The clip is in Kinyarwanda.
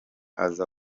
aza